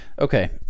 Okay